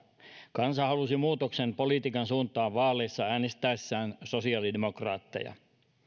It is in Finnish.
kansa halusi muutoksen politiikan suuntaan vaaleissa äänestäessään sosiaalidemokraatteja